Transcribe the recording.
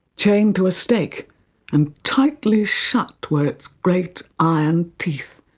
chained to a stake and tightly shut were its great iron teeth,